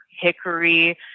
hickory